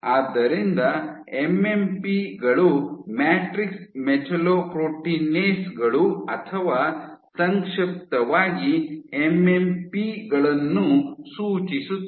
ಆದ್ದರಿಂದ ಎಂಎಂಪಿ ಗಳು matrix metalloproteinase ಗಳು ಅಥವಾ ಸಂಕ್ಷಿಪ್ತವಾಗಿ ಎಂಎಂಪಿ ಗಳನ್ನು ಸೂಚಿಸುತ್ತವೆ